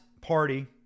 Party